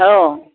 औ